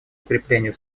укреплению